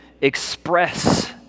express